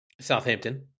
Southampton